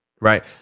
right